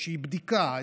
איזושהי בדיקה,